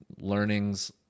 learnings